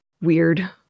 weird